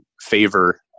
favor